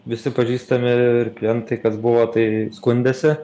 visi pažįstami ir klientai kas buvo tai skundėsi